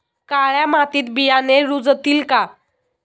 काळ्या मातीत बियाणे रुजतील का?